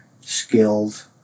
skilled